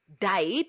died